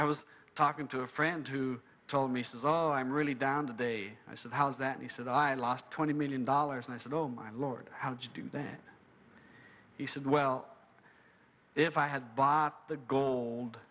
i was talking to a friend who told me says oh i'm really down today i said how is that he said i lost twenty million dollars and i said oh my lord how to do that he said well if i had bought the gold